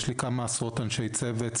יש לי כמה עשרות אנשי צוות,